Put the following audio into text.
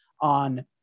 on